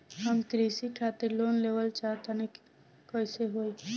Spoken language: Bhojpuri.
हम कृषि खातिर लोन लेवल चाहऽ तनि कइसे होई?